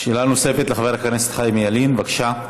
שאלה נוספת לחבר הכנסת חיים ילין, בבקשה.